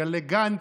גלי גנץ,